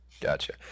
Gotcha